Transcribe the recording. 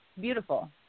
beautiful